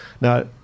Now